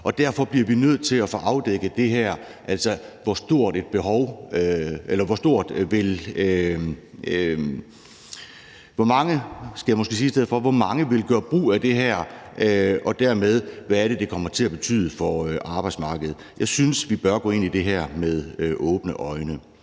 derfor bliver vi nødt til at få afdækket, hvor mange der vil gøre brug af det her, og hvad det dermed kommer til at betyde for arbejdsmarkedet. Jeg synes, at vi bør gå ind i det her med åbne øjne.